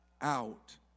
out